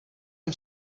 ním